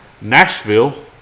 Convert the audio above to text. Nashville